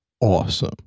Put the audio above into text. awesome